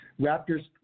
Raptors